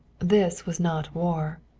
this was not war.